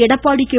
Edappadi K